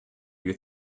you